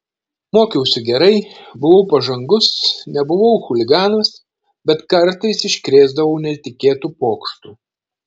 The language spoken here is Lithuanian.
mokiausi gerai buvau pažangus nebuvau chuliganas bet kartais iškrėsdavau netikėtų pokštų